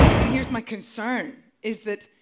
and here's my concern, is that.